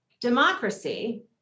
democracy